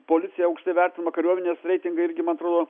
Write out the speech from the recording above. policija aukštai vertinama kariuomenės reitingai irgi man atrodo